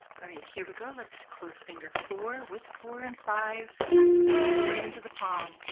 all right, here we go. let's close finger four with four and five all the way into the palm.